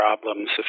problems